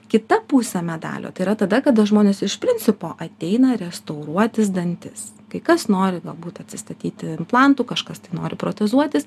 kita pusė medalio tai yra tada kada žmonės iš principo ateina restauruotis dantys kai kas nori galbūt atsistatyti implantų kažkas tai nori protezuotis